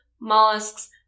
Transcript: mollusk's